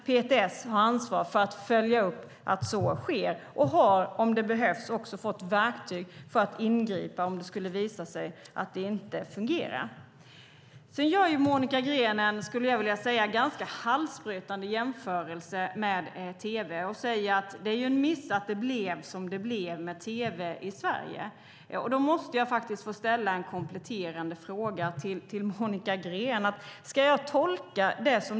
PTS har ansvar för att följa upp att så sker och har också fått verktyg för att ingripa om det skulle visa sig att det inte fungerar. Monica Green gör en ganska halsbrytande jämförelse med tv och säger att det är en miss att det blev som det blev med tv i Sverige. Då måste jag få ställa en kompletterande fråga till Monica Green.